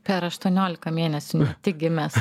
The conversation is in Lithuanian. per aštuoniolika mėnesių ne tik gimęs